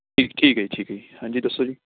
ਠੀ ਠੀਕ ਹੈ ਠੀਕ ਹੈ ਹਾਂਜੀ ਦੱਸੋ ਜੀ